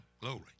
glory